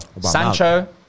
Sancho